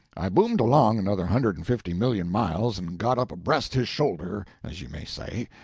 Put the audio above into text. i boomed along another hundred and fifty million miles, and got up abreast his shoulder, as you may say.